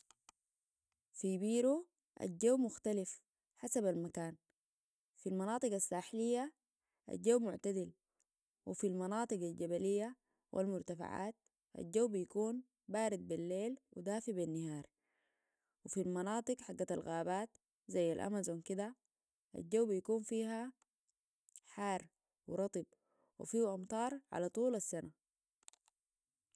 في بيرو الجو مختلف حسب المكان في المناطق الساحلية الجو معتدل وفي المناطق الجبلية والمرتفعات الجو بيكون بارد بالليل ودافع بالنهار وفي المناطق حق الغابات زي الأمازون كده الجو بيكون فيها حار ورطب وفيهو أمطار على طول السنة